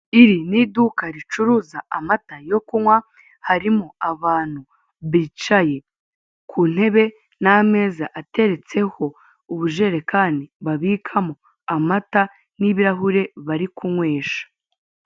Iri ni iduka ricuruza amata yo kunywa, harimo abantu bicaye ku ntebe n'ameza ateretseho ubujerekani babikamo amata n'ibirahuri bari kunywesha.